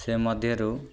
ସେ ମଧ୍ୟରୁ